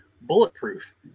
bulletproof